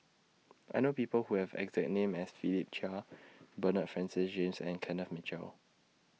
I know People Who Have exact name as Philip Chia Bernard Francis James and Kenneth Mitchell